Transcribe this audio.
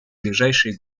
ближайшие